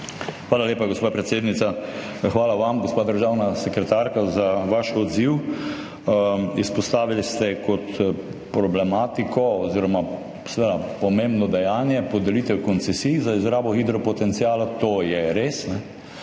Hvala lepa, gospa predsednica. Hvala vam, gospa državna sekretarka, za vaš odziv. Izpostavili ste kot problematiko oziroma pomembno dejanje podelitev koncesij za izrabo hidropotenciala – to je res,